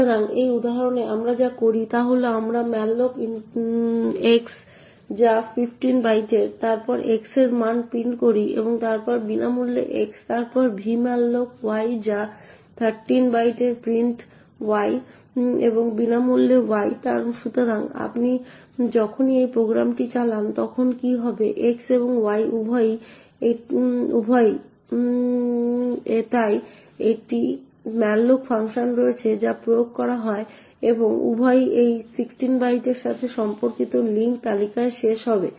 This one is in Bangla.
সুতরাং এই উদাহরণে আমরা যা করি তা হল আমরা malloc x যা 15 বাইটের তারপর x এর মান প্রিন্ট করি এবং তারপর বিনামূল্যে x তারপর v malloc y যা 13 বাইটের প্রিন্ট y এবং বিনামূল্যে y সুতরাং আপনি যখন এই প্রোগ্রামটি চালান তখন কী হবে x এবং y উভয়ই তাই একটি malloc ফাংশন রয়েছে যা প্রয়োগ করা হয় এবং উভয়ই এই 16 বাইটের সাথে সম্পর্কিত লিঙ্ক তালিকায় শেষ হবে